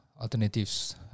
alternatives